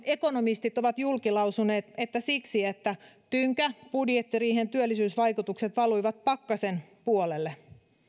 ekonomistit ovat julkilausuneet että siksi että tynkäbudjettiriihen työllisyysvaikutukset valuivat pakkasen puolelle